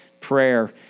prayer